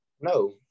No